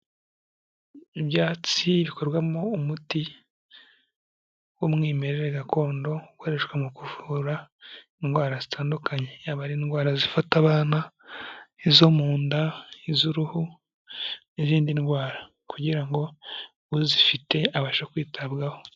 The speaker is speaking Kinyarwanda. Ibyatsi bikorwamo umuti w'umwimerere gakondo, ukoreshwa mu kuvura indwara zitandukanye. Yaba indwara zifata abana, izo mu nda, iz'uruhu, n'izindi ndwara. Kugira ngo uzifite abasha kwitabwaho.